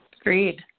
Agreed